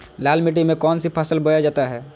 लाल मिट्टी में कौन सी फसल बोया जाता हैं?